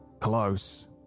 close